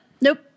nope